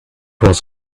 was